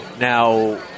Now